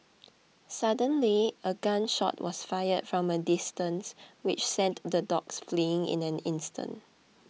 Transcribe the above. suddenly a gun shot was fired from a distance which sent the dogs fleeing in an instant